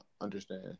understand